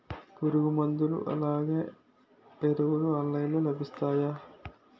పురుగు మందులు అలానే ఎరువులు ఆన్లైన్ లో మంచిగా లభిస్తాయ?